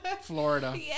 Florida